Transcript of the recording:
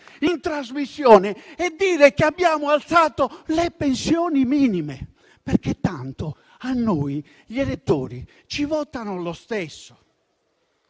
in trasmissione, e dire che abbiamo alzato le pensioni minime, perché tanto a noi gli elettori ci votano lo stesso.